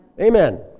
Amen